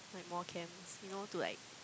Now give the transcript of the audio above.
like more camps you know to like